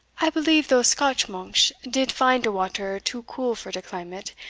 i believe those scotch monksh did find de water too cool for de climate,